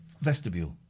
vestibule